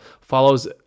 follows